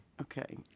Okay